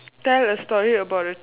tell a story about a time